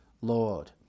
Lord